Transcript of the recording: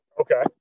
okay